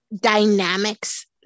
dynamics